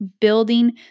building